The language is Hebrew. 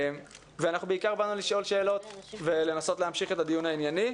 ואנחנו בעיקר באנו לשאול שאלות ולנסות להמשיך את הדיון הענייני.